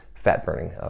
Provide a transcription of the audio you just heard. fat-burning